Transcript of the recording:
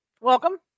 welcome